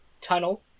tunnel